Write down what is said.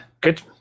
good